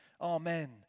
amen